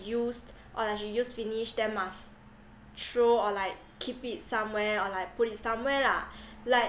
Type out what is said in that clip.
used or like she use finish then must throw or like keep it somewhere or like put it somewhere lah like